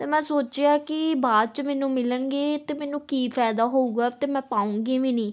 ਤਾਂ ਮੈਂ ਸੋਚਿਆ ਕਿ ਬਾਅਦ 'ਚ ਮੈਨੂੰ ਮਿਲਣਗੇ ਤਾਂ ਮੈਨੂੰ ਕੀ ਫਾਇਦਾ ਹੋਊਗਾ ਅਤੇ ਮੈਂ ਪਾਊਂਗੀ ਵੀ ਨਹੀਂ